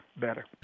better